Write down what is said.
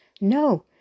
No